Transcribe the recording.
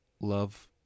love